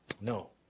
No